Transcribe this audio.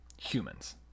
humans